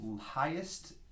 Highest